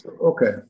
Okay